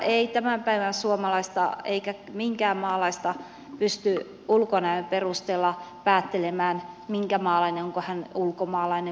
ei tämän päivän suomalaisesta eikä minkään maalaisesta pysty ulkonäön perusteella päättelemään minkä maalainen hän on onko hän ulkomaalainen vai suomalainen